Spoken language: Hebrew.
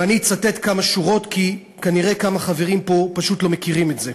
ואני אצטט כמה שורות כי כנראה כמה חברים פה פשוט לא מכירים את זה: